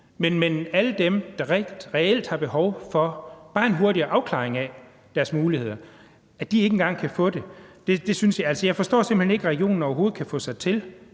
Men alle dem, der reelt har behov for bare en hurtigere afklaring af deres muligheder, kan ikke engang få det. Jeg forstår simpelt hen ikke, at regionen overhovedet kan få sig selv